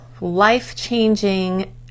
life-changing